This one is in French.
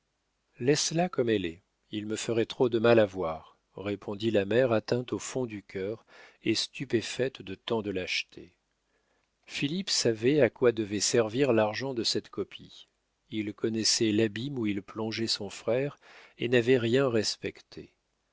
chose laisse-la comme elle est il me ferait trop de mal à voir répondit la mère atteinte au fond du cœur et stupéfaite de tant de lâcheté philippe savait à quoi devait servir l'argent de cette copie il connaissait l'abîme où il plongeait son frère et n'avait rien respecté